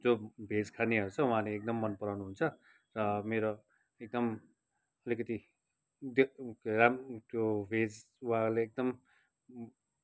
जो भेज खानेहरू छ उहाँले एकदम मनपराउनु हुन्छ र मेरो एकदम अलिकति त्यो भेज उहाँले एकदम